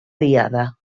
diada